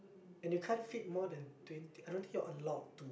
and you can't fit more than twenty I don't think you're allowed to